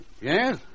Yes